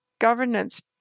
Governance